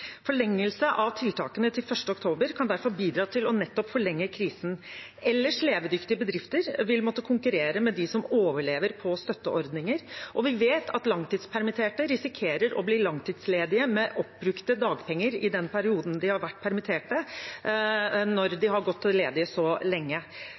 Forlengelse av tiltakene til 1. oktober kan derfor bidra til nettopp å forlenge krisen. Ellers levedyktige bedrifter vil måtte konkurrere med dem som overlever på støtteordninger, og vi vet at langtidspermitterte risikerer å bli langtidsledige med oppbrukte dagpenger i den perioden de har vært permittert, når